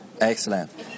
Excellent